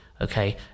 okay